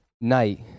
night